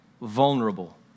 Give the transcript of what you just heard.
vulnerable